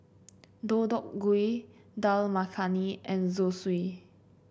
Deodeok Gui Dal Makhani and Zosui